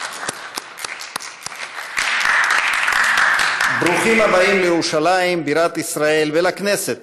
(מחיאות כפיים) ברוכים הבאים לירושלים בירת ישראל ולכנסת,